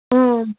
ஓ ம்